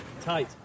Tight